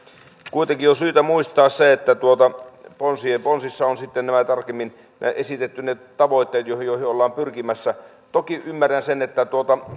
kuitenkin on syytä muistaa se että ponsissa on sitten tarkemmin esitetty ne tavoitteet joihin joihin ollaan pyrkimässä toki ymmärrän sen että